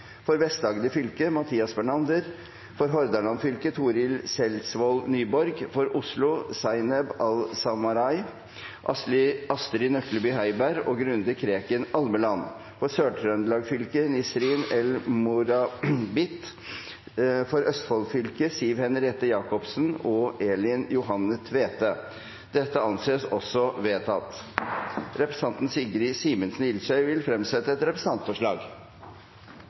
For Vest-Agder fylke: Mathias Bernander For Hordaland fylke: Torill Selsvold Nyborg For Oslo: Zaineb Al-Samarai , Astrid Nøklebye Heiberg og Grunde Kreken Almeland For Sør-Trøndelag fylke: Nisrin El Morabit For Østfold fylke: Siv Henriette Jacobsen og Elin Johanne Tvete Representanten Sigrid Simensen Ilsøy vil fremsette et representantforslag.